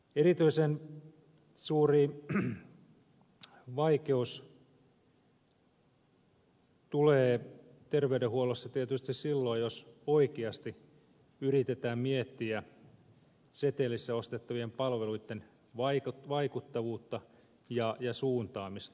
erityisen suuri vaikeus tulee terveydenhuollossa tietysti silloin jos oikeasti yritetään miettiä setelissä ostettavien palveluitten vaikuttavuutta ja suuntaamista